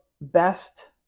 best